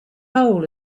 hole